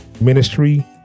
Ministry